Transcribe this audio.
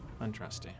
Untrusty